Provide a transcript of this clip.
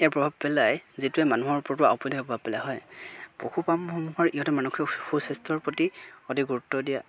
ইয়াৰ প্ৰভাৱ পেলাই যিটোৱে মানুহৰ ওপৰতো আওপকীয়াকৈ প্ৰভাৱ পেলাই হয় পশুপামসমূহৰ ইহঁতে মানসিক সুস্বাস্থ্যৰ প্ৰতি অতি গুৰুত্ব দিয়া